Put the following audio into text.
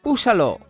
Úsalo